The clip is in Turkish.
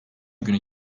günü